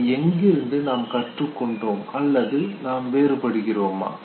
அதை எங்கிருந்து நாம் கற்றுக் கொண்டோம் அல்லது நாம் வேறுபடுகிறோமா